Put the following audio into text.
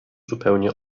zupełnie